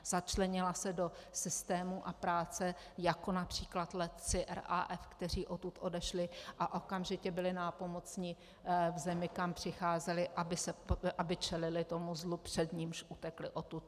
Začlenila se do systému a práce, jako např. letci RAF, kteří odtud odešli a okamžitě byli nápomocni v zemi, kam přicházeli, aby čelili tomu zlu, před nímž utekli odtud.